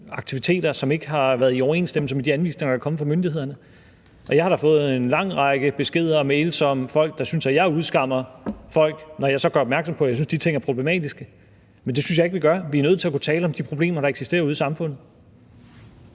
som ikke har været i overensstemmelse med de anvisninger, der er kommet fra myndighederne, og jeg har da fået en lang række beskeder og mails fra folk, der synes, at jeg udskammer folk, når jeg så gør opmærksom på, at jeg synes, de ting er problematiske. Men det synes jeg ikke vi gør. Vi er nødt til at kunne tale om de problemer, der eksisterer ude i samfundet.